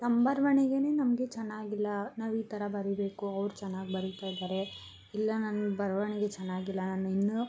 ನಮ್ಮ ಬರವಣಿಗೆನೇ ನಮಗೆ ಚೆನ್ನಾಗಿಲ್ಲ ನಾವು ಈ ಥರ ಬರೀಬೇಕು ಅವ್ರು ಚೆನ್ನಾಗಿ ಬರೀತಾ ಇದ್ದಾರೆ ಇಲ್ಲ ನನ್ನ ಬರವಣಿಗೆ ಚೆನ್ನಾಗಿಲ್ಲ ನಾನು ಇನ್ನೂ